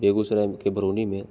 बेगुसराय के बरौनी में